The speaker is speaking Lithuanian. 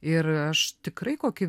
ir aš tikrai kokį